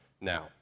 Now